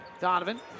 Donovan